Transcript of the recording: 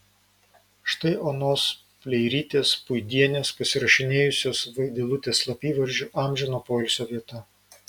štai onos pleirytės puidienės pasirašinėjusios vaidilutės slapyvardžiu amžino poilsio vieta